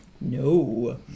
No